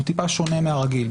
הוא טיפה שונה מהרגיל.